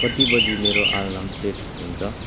कति बजे मेरो अलार्म सेट हुन्छ